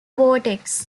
vortex